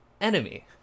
enemy